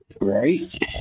right